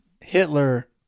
hitler